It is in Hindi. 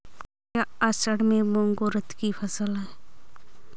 क्या असड़ में मूंग उर्द कि फसल है?